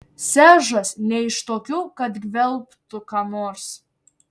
seržas ne iš tokių kad gvelbtų ką nors